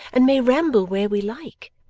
and may ramble where we like.